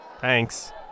Thanks